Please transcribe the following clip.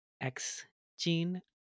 X-Gene